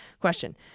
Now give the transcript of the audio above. Question